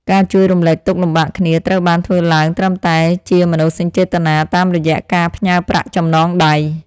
ការជួយរំលែកទុក្ខលំបាកគ្នាត្រូវបានធ្វើឡើងត្រឹមតែជាមនោសញ្ចេតនាតាមរយៈការផ្ញើប្រាក់ចំណងដៃ។